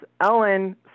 Ellen